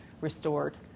restored